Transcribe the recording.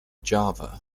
java